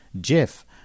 Jeff